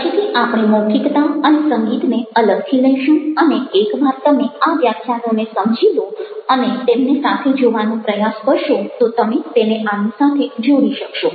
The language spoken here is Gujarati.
પછીથી આપણે મૌખિકતા અને સંગીતને અલગથી લઈશું અને એક વાર તમે આ વ્યાખ્યાનોને સમજી લો અને તેમને સાથે જોવાનો પ્રયાસ કરશો તો તમે તેને આની સાથે જોડી શકશો